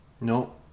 no